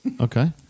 Okay